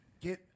Get